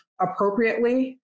appropriately